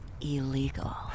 illegal